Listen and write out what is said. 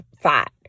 fat